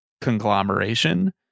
conglomeration